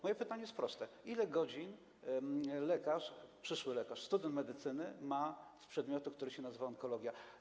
Moje pytanie jest proste: Ile godzin zajęć przyszły lekarz, student medycyny odbywa z przedmiotu, który się nazywa onkologia?